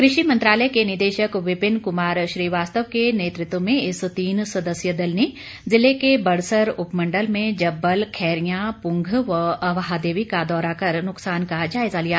कृषि मंत्रालय के निदेशक विपिन कुमार श्रीवास्तव के नेतृत्व में इस तीन सदस्यीय दल ने ज़िले के बड़सर उपलण्डल में जब्बल खैरियां पुंघ व अवाहदेवी का दौरा कर नुकसान का जायज़ा लिया